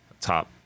top